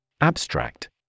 Abstract